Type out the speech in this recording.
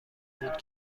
بود